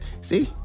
See